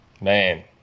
man